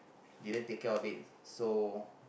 didn't take care of it so